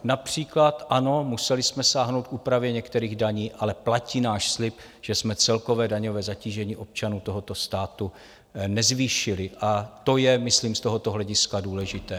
Například ano, museli jsme sáhnout k úpravě některých daní, ale platí náš slib, že jsme celkové daňové zatížení občanů tohoto státu nezvýšili, a to je myslím z tohoto hlediska důležité.